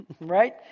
right